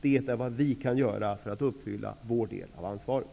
Det är vad vi kan göra för att uppfylla vår del av ansvaret.